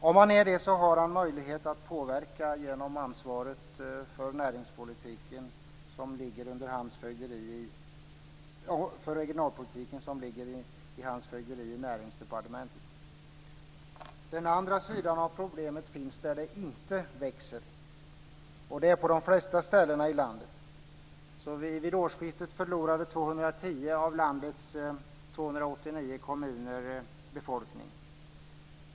Om han är det har han möjlighet att påverka genom ansvaret för regionalpolitiken, som ligger under hans fögderi i Näringsdepartementet. Den andra sidan av problemet finns där det inte växer. Det är på de flesta ställen i landet. Vid årsskiftet förlorade 210 av landets 289 kommuner befolkning.